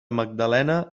magdalena